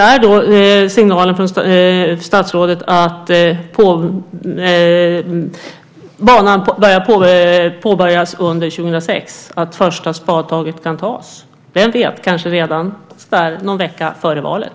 Är då signalen från statsrådet att banan kan påbörjas under 2006, att första spadtaget kan tas, vem vet, kanske redan någon vecka före valet?